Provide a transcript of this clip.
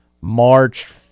March